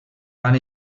van